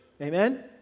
Amen